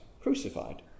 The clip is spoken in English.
crucified